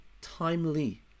timely